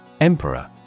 Emperor